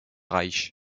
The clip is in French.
reich